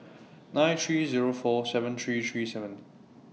nine three Zero four seven three three seven